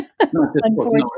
Unfortunately